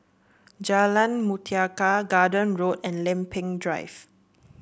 Jalan Mutiara Garden Road and Lempeng Drive